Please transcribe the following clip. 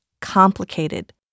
complicated